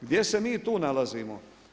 Gdje se mi tu nalazimo?